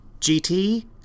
GT